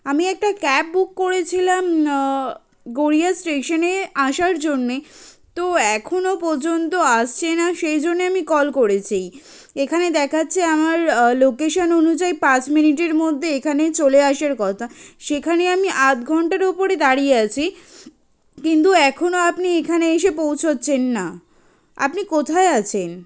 আমি একটা cab book করেছিলাম গড়িয়া স্টেশনে আসার জন্যে তো এখনো পর্যন্ত আসছে না সেই জন্যে আমি কল করেছি এখানে দেখাচ্ছে আমার লোকেশন অনুযায়ী পাঁচ মিনিটের মধ্যে এখানে চলে আসার কথা সেখানে আমি আধ ঘন্টার ওপরে দাঁড়িয়ে আছি কিন্তু এখনো আপনি এখানে এসে পৌঁছোচ্ছেন না আপনি কোথায় আছেন